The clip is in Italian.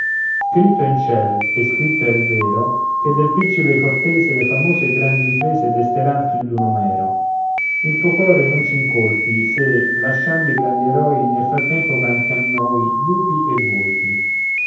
è in ciel e scritto è il vero che del principe cortese le famose e grandi imprese desteran più d'un omero il tuo core non c'incolpi se lasciando i grandi eroi nel frattempo cantiam noi lupi e volpi